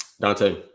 Dante